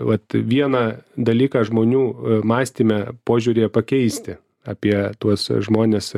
vat vieną dalyką žmonių mąstyme požiūryje pakeisti apie tuos žmones